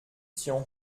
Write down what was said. tian